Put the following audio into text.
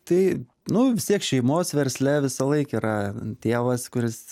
tai nu vis tiek šeimos versle visąlaik yra tėvas kuris